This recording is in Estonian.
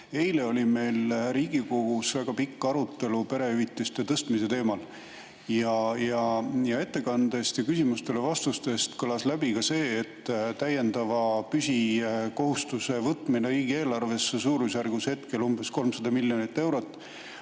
Eile oli meil Riigikogus väga pikk arutelu perehüvitiste tõstmise teemal ning ettekandest ja küsimustele antud vastustest kõlas läbi see, et täiendava püsikohustuse võtmine riigieelarves umbes 300 miljoni euro